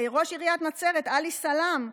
ראש עיריית נצרת עלי סלאם,